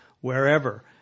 wherever